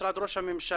משרד ראש הממשלה,